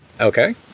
Okay